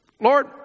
Lord